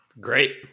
Great